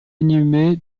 inhumé